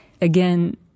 Again